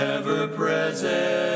ever-present